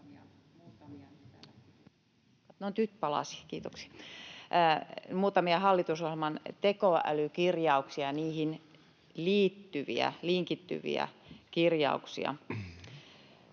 ...muutamia hallitusohjelman tekoälykirjauksia ja niihin linkittyviä kirjauksia: